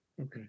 Okay